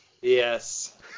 Yes